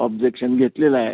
objection घेतलेलं आहे